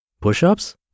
Push-ups